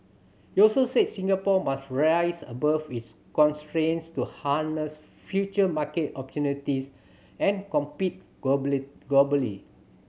he also said Singapore must rise above its constraints to harness future market opportunities and compete globally globally